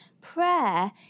Prayer